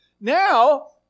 Now